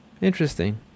interesting